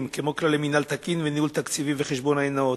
כמו כללי מינהל תקין וניהול תקציבי וחשבונאי נאות.